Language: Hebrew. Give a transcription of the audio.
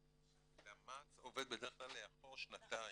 הלמ"ס עובד בדרך כלל לאחור שנתיים.